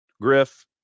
Griff